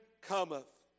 cometh